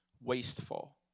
wasteful